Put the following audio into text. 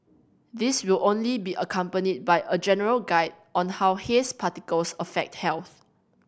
these will only be accompanied by a general guide on how haze particles affect health